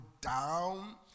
down